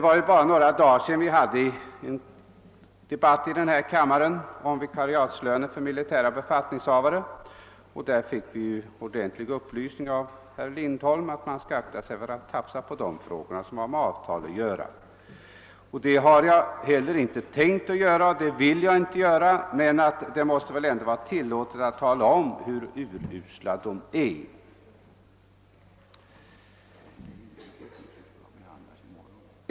För bara några dagar sedan hade vi en debatt här i kammaren om vikariatslöner för militära befattningshavare, och vi fick då en skarp anmaning av herr Lindholm att inte tafsa på frågor som har med avtal att göra. Det har inte heller varit min avsikt, men det måste väl ändå vara tillåtet att tala om hur urusla löneförhållandena är.